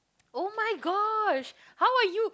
oh-my-gosh how are you